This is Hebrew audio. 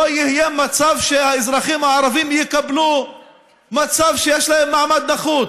לא יהיה מצב שהאזרחים הערבים יקבלו מצב שיש להם מעמד נחות.